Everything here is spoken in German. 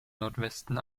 nordwesten